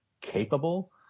capable